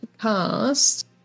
cast